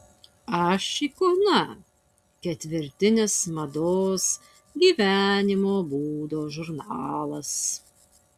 aš ikona ketvirtinis mados gyvenimo būdo žurnalas